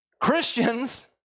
Christians